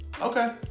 okay